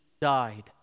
died